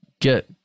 get